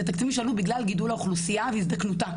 זה תקציבים שעלו בגלל גידול האוכלוסייה והזדקנותה.